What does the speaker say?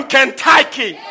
Kentucky